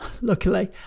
luckily